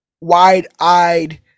wide-eyed